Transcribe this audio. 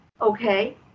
Okay